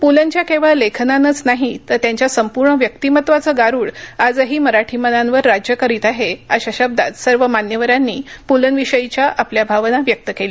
पुलंच्या केवळ लेखनाचंच नाही तर त्यांच्या संपूर्ण व्यक्तिमत्त्वाचं गारूड आजही मराठी मनांवर राज्य करीत आहे अशा शब्दात सर्व मान्यवरांनी प्लंविषयीच्या आपल्या भावना व्यक्त केल्या